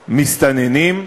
מסתננים.